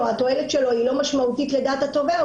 או התועלת שלו לא משמעותית לדעת התובע,